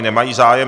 Nemají zájem.